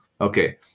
Okay